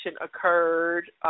occurred